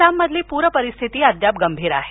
आसाममधील पूर परिस्थिती अद्याप गंभीर आहे